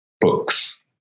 books